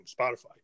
Spotify